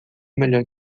melhor